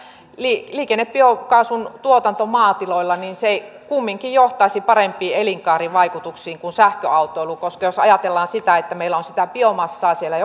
liikennebiokaasun tuotanto maatiloilla kumminkin johtaisi parempiin elinkaarivaikutuksiin kuin sähköautoilu jos ajatellaan sitä että meillä on sitä biomassaa siellä